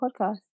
podcast